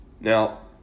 Now